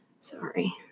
Sorry